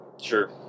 Sure